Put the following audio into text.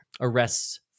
arrests